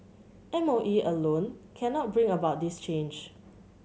M O E alone cannot bring about this change